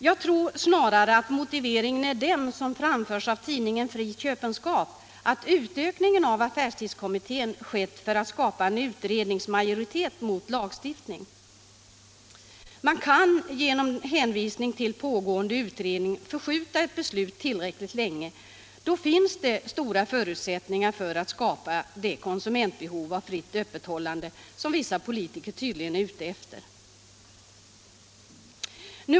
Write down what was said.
Jag tror att syftet med utökningen av affärstidskommittén snarare är det som framförts av tidningen Fri Köpenskap, nämligen att skapa en utredningsmajoritet mot lagstiftning. Kan man genom hänvisning till pågående utredningar skjuta upp ett beslut tillräckligt länge, finns det stora förutsättningar för att skapa det konsumentbehov av fritt öppethållande som vissa politiker tydligen är ute efter.